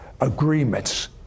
agreements